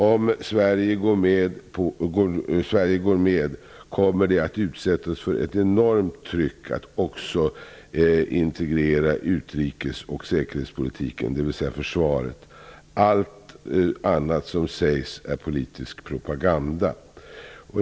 Om Sverige går med kommer det att utsättas för ett enormt tryck att också integrera utrikes och säkerhetspolitiken, dvs försvaret. Allt annat som sägs är politisk propaganda!''